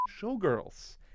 Showgirls